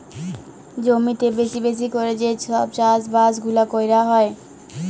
জমিতে বেশি বেশি ক্যরে যে সব চাষ বাস গুলা ক্যরা হ্যয়